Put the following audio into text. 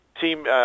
team